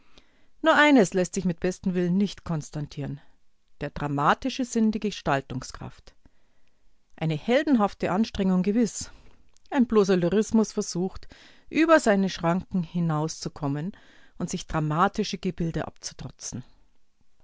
nur eines läßt sich mit bestem willen nicht konstatieren der dramatische sinn die gestaltungskraft eine heldenhafte anstrengung gewiß ein bloßer lyrismus versucht über seine schranken hinauszukommen und sich dramatische gebilde abzutrotzen